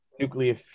Nuclear